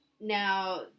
now